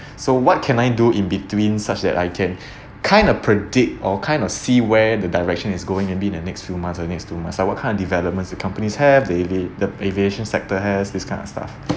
so what can I do in between such that I can kind of predict or kind of see where the direction is going to be in the next few months or next two month or what kind of developments the companies have they they the aviation sector has this kind of stuff